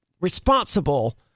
responsible